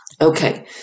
Okay